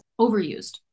overused